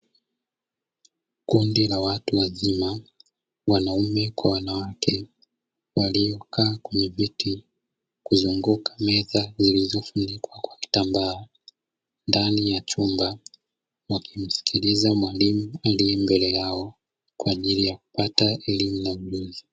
Kundi la watu wazima wanaume kwa wanawake waliokaa kwenye viti kuzunguka meza zilizofunikwa kwa kitambaa ndani ya chumba, wakimsikiliza mwalimu aliye mbele yao kwa ajili ya kupata elimu na ujuzi.